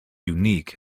unique